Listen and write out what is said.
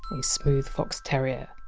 a smooth fox terrier.